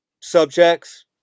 subjects